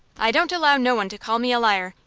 i don't allow no one to call me a liar.